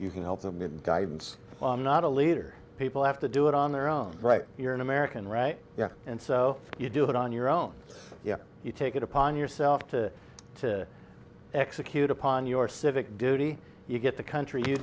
you can help them in guidance on not a leader people have to do it on their own right you're an american right and so you do it on your own you take it upon yourself to to execute upon your civic duty you get the country you